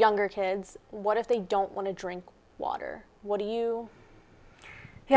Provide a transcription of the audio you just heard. younger kids what if they don't want to drink water what do you so